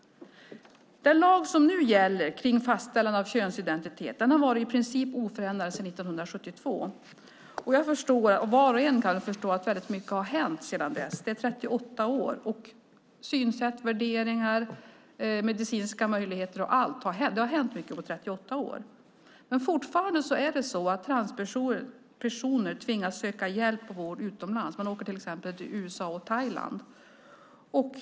Den lag som nu gäller för fastställande av könsidentitet har varit i princip oförändrad sedan 1972. Var och en kan förstå att mycket har hänt sedan dess. Synsätt, värderingar och medicinska möjligheter har förändrats. Det har hänt mycket på 38 år. Men fortfarande är det så att transpersoner tvingas söka hjälp och vård utomlands. Man åker till exempel till USA och Thailand.